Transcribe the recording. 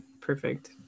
perfect